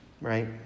Right